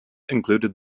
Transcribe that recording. included